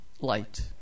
Light